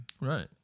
Right